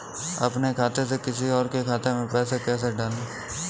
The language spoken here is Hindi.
अपने खाते से किसी और के खाते में पैसे कैसे डालें?